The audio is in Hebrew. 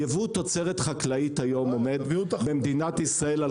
הייבוא תוצרת חקלאית היום עומד במדינת ישראל,